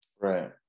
Right